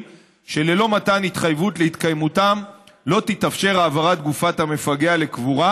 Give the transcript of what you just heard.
שללא מתן התחייבות להתקיימותם לא תתאפשר העברת גופת המפגע לקבורה,